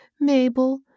Mabel